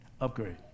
upgrade